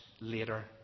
later